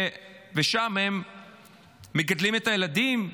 ושם הם מגדלים את הילדים,